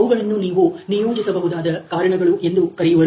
ಅವುಗಳನ್ನು ನೀವು ನಿಯೋಜಿಸಬಹುದಾದ ಕಾರಣಗಳು ಎಂದು ಕರೆಯುವರು